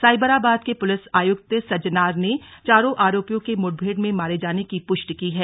साइबराबाद के पुलिस आयुक्त सज्जनार ने चारों आरोपियों के मुठभेड़ में मारे जाने की पुष्टि की है